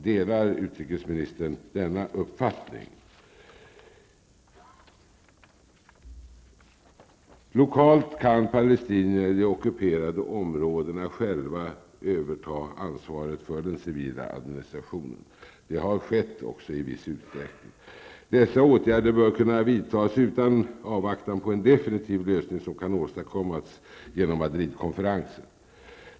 Delar utrikesministern denna uppfattning? Lokalt kan palestinierna i de ockuperade områdena själva överta ansvaret för den civila administrationen, och det har också skett i viss utsträckning. Dessa åtgärder bör kunna vidtas utan avvaktan på en definitiv lösning som kan åstadkommas genom Madridkonferensen.